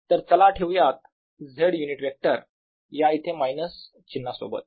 तर चला ठेवूयात Z युनिट वेक्टर या इथे मायनस चिन्हा सोबत